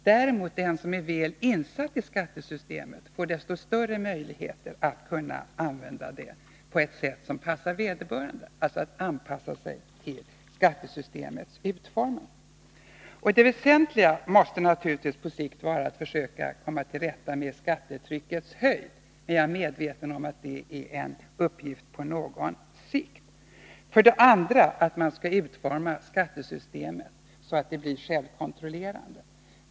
Däremot får den som är väl insatt i skattesystemet desto större möjligheter att anpassa sig till skattesystemets utformning. För det första måste naturligtvis det väsentliga vara att komma till rätta med det hårda skattetryck som vi har, men jag är medveten om att det är en uppgift på sikt. För det andra måste man utforma skattesystemet så att det så långt möjligt blir självkontrollerande.